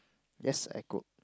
yes I cook